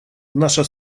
наша